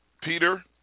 Peter